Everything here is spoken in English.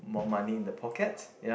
more money in the pockets ya